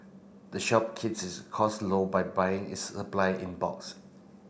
the shop keeps its costs low by buying its supply in bulks